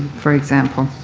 for example.